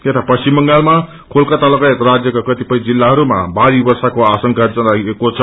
यता पश्चिम बंगालमा कोलकाता लगायत राज्यका कतिपय जिल्लाहरूमा भारी वर्षाको आशंका जताइएको छ